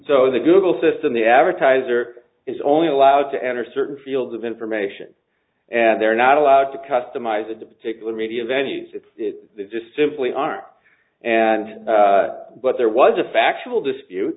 so the google system the advertiser is only allowed to enter certain fields of information and they're not allowed to customize the depicted media venue it's just simply aren't and but there was a factual dispute